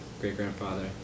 great-grandfather